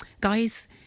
guys